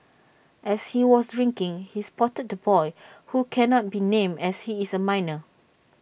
as he was drinking he spotted the boy who cannot be named as he is A minor